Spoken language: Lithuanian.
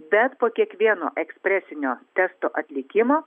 bet po kiekvieno ekspresinio testo atlikimo